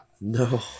no